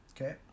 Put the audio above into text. Okay